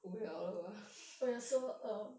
oh ya so um